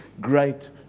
great